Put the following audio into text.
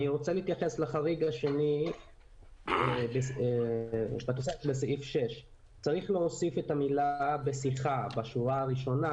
אני רוצה להתייחס לחריג השני בתוספת לסעיף 6. צריך להוסיף את המילה "בשיחה" בשורה הראשונה